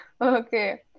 Okay